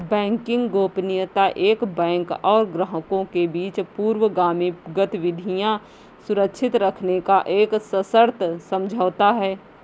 banking गोपनीयता एक bank और ग्राहकों के बीच पूर्वगामी गतिविधियां सुरक्षित रखने का एक सशर्त समझौता है